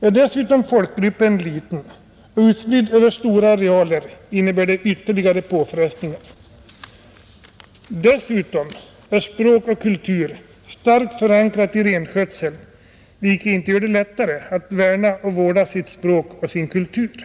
Är dessutom folkgruppen liten och utspridd över stora arealer, innebär det ytterligare påfrestningar. Språk och kultur har också starkt förankrats i renskötseln, vilket inte gör det lättare för samerna att värna och vårda sitt språk och sin kultur.